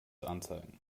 anzeigen